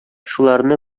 шуларны